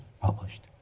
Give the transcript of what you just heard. published